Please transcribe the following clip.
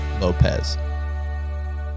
Lopez